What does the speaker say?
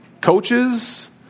coaches